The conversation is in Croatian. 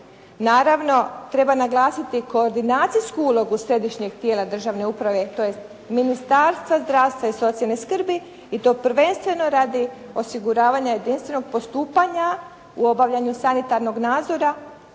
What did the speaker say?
Naravno treba naglasiti koordinacijsku ulogu središnjeg tijela državne uprave tj. Ministarstva zdravstva i socijalne skrbi i to prvenstveno radi osiguravanja jedinstvenog postupanja u obavljanju sanitarnog nadzora,